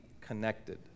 connected